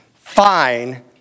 fine